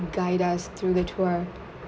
guide us through the tour